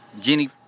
Jenny